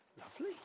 lovely